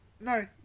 no